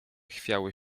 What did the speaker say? chwiały